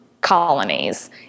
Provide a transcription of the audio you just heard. colonies